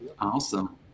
Awesome